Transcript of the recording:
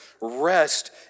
rest